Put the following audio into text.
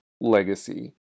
legacy